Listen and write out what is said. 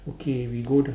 okay we go the